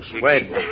Wait